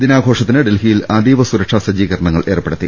ദിനാഘോഷത്തിന് ഡൽഹിയിൽ അതീവ സുരക്ഷാസജ്ജീകരണ ങ്ങൾ ഏർപ്പെടുത്തി